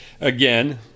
again